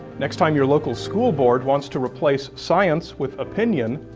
next time your local school board wants to replace science with opinion,